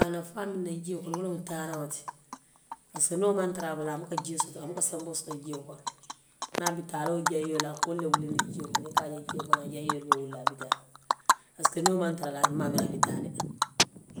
A naa muŋ mu jio kono ti wo le mu taaraŋo ti, parisek niŋ wo maŋ tara a bala a buka senboo soto jio kono niŋ a be taa laa ala wo jayiolu a ka wolu le wulindi jio kono i ka a je jio kono jayiolu a be taa, parisek niŋ wolu maŋ a la maŋ a miira a be taade.